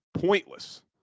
pointless